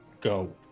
go